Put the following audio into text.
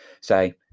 say